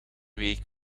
weken